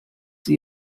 sie